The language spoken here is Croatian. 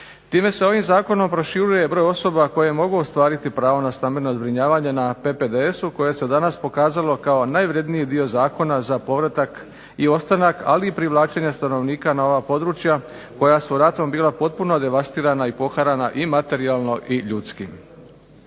Time se ovim zakonom proširuje broj osoba koje mogu ostvariti pravo na stambeno zbrinjavanje na PPDS-u koje se danas pokazalo kao najvrjedniji dio zakona za povratak i ostanak, ali i privlačenja stanovnika na ova područja koja su ratom bila potpuno devastirana i poharana i materijalno i ljudski.